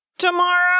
Tomorrow